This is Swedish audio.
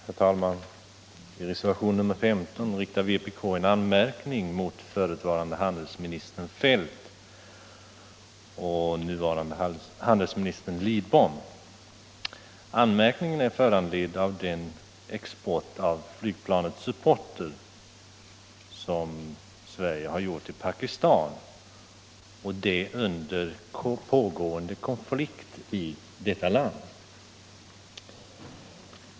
Herr talman! I reservationen 15 riktar vpk en anmärkning mot förutvarande handelsministern Feldt och den nuvarande handelsministern Lidbom. Anmärkningen är föranledd av den svenska exporten av flygplanet Supporter till Pakistan under pågående konflikt i detta land.